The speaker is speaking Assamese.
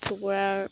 কুকৰাৰ